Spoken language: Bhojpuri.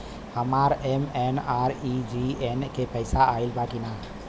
हमार एम.एन.आर.ई.जी.ए के पैसा आइल बा कि ना?